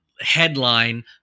headline